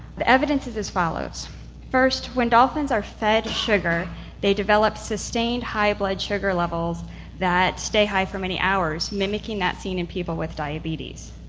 the evidence is as follows first, when dolphins are fed sugar they develop sustained high blood sugar levels that stay high for many hours, mimicking that seen in people with diabetes.